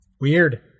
weird